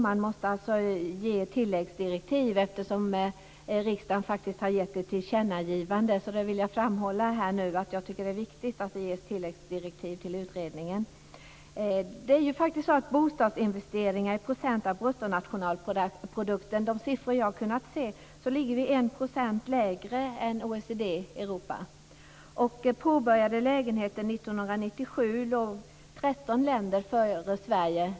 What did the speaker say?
Man måste alltså ge tilläggsdirektiv, eftersom riksdagen har gjort ett tillkännagivande. Jag vill framhålla att jag tycker att det är viktigt att det ges tilläggsdirektiv till utredningen. Enligt de siffror jag har kunnat se för bostadsinvesteringar i procent av bruttonationalprodukten ligger vi 1 % lägre än OECD-länderna i Europa. När det gäller påbörjade lägenheter under 1997 låg 13 länder före Sverige.